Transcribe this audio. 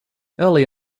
early